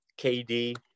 KD